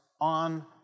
on